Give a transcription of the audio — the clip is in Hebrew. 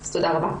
אז תודה רבה.